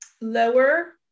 lower